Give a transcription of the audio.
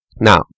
Now